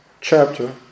chapter